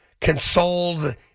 consoled